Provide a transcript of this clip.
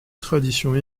traditions